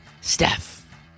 Steph